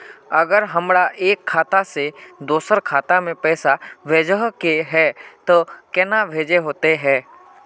अगर हमरा एक खाता से दोसर खाता में पैसा भेजोहो के है तो केना होते है?